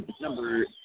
number